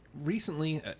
Recently